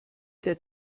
der